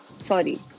sorry